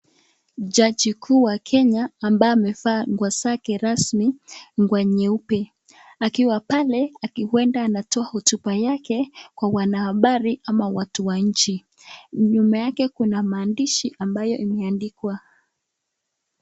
Jaji kuu wa Kenya, ambaye amevaa nguo zake rasmi, nguo nyeupe, akiwa pale huenda anatoa hotuba yake kwa wanahabari ama watu wa nchi. Nyuma yake kuna maandishi ambayo imeandikwa.